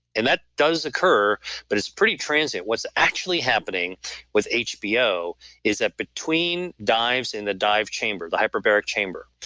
and that does occur but is pretty transit what's actually happening with hbo is that between dives in the dive chamber, the hyperbaric chamber,